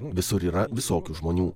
visur yra visokių žmonių